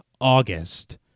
august